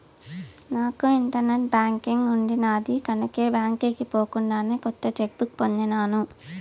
నాకు internet banking ఉండిన్నాది కనుకే బాంకీకి పోకుండానే కొత్త చెక్ బుక్ పొందినాను